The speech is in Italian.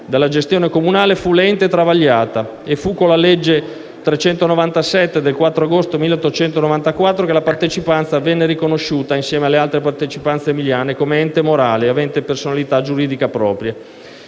dalla gestione comunale fu lenta e travagliata. Fu con la legge 4 agosto 1894, n. 397, che la Partecipanza venne riconosciuta, insieme alle altre Partecipanze emiliane, come ente morale avente personalità giuridica propria.